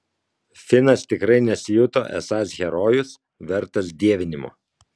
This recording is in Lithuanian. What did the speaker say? finas tikrai nesijuto esąs herojus vertas dievinimo